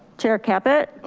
chair caput. aye.